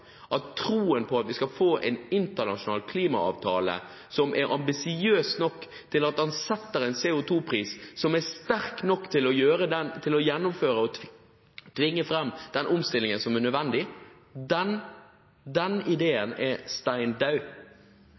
at troen på og ideen om at vi skal få en internasjonal klimaavtale som er ambisiøs nok til at den setter en CO2-pris som er sterk nok til å gjennomføre og tvinge fram den omstillingen som er nødvendig, er steindød. Det kommer til å bli en internasjonal klimaavtale, men vi vet at innholdet i den